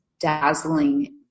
dazzling